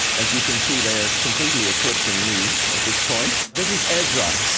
as you can see they're completely eclipsing me at this point. this is ezra.